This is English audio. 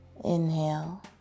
Inhale